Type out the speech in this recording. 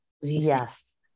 Yes